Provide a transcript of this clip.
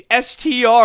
STR